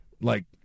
Like-